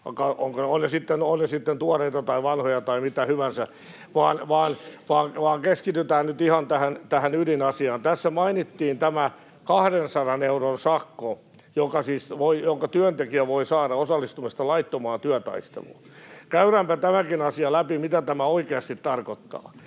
ne sitten tuoreita tai vanhoja tai mitä hyvänsä, vaan keskitytään nyt ihan tähän ydinasiaan. Tässä mainittiin tämä 200 euron sakko, jonka työntekijä voi saada osallistumisesta laittomaan työtaisteluun. Käydäänpä tämäkin asia läpi, mitä tämä oikeasti tarkoittaa.